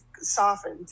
softened